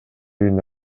үйүнө